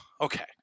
okay